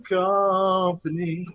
company